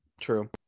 True